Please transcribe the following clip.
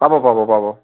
পাব পাব পাব